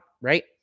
Right